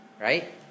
right